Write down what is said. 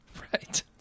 Right